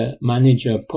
manager